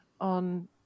on